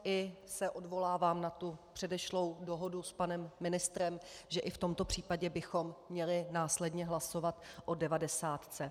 I se odvolávám na tu předešlou dohodu s panem ministrem, že i v tomto případě bychom měli následně hlasovat o devadesátce.